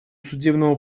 судебному